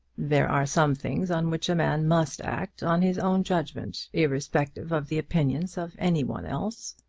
there are some things on which a man must act on his own judgment, irrespectively of the opinions of any one else.